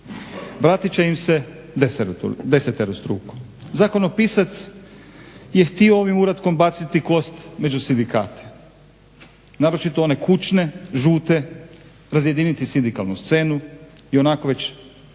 Vratit će im se deseterostruko. Zakonopisac je htio ovim uratkom baciti kost među sindikate naročito one kućne, žute, razjediniti sindikalnu scenu ionako već